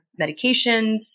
medications